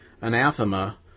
anathema